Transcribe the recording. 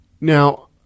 Now